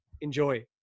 Enjoy